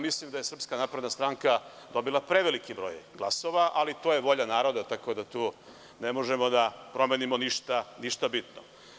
Mislim da je SNS dobila preveliki broj glasova, ali to je volja naroda, tako da tu ne možemo da promenimo ništa bitno.